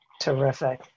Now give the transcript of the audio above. Terrific